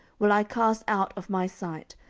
will i cast out of my sight,